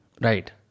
right